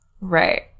Right